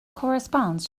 corresponds